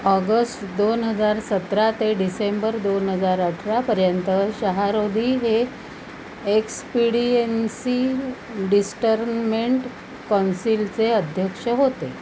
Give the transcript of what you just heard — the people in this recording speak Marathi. ऑगस्ट दोन हजार सतरा ते डिसेंबर दोन हजार अठरापर्यंत शहारोधी हे एक्सपिडियन्सी डिस्टर्नमेंट कॉन्सिलचे अध्यक्ष होते